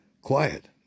Quiet